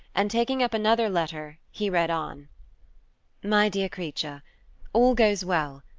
and taking up another letter, he read on my dear creature all goes well.